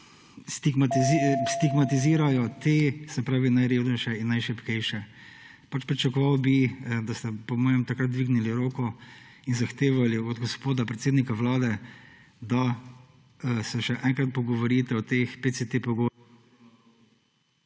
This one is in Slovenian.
stigmatizirajote najrevnejše in najšibkejše? Pričakoval bi, da ste po mojem takrat dvignili roko in zahtevali od gospoda predsednika Vlade, da se še enkrat pogovorite o teh PCT pogojih